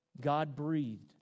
God-breathed